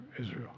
Israel